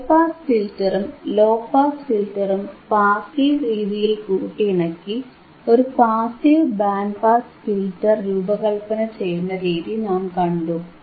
high pass ഫിൽറ്ററും low pass ഫിൽറ്ററും passive രീതിയിൽ കൂട്ടിയിണക്കി ഒരു പാസീവ് ബാൻഡ് പാസ് ഫിൽറ്റർ രൂപകല്പനചെയ്യുന്ന രീതി നാം കണ്ടു